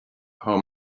how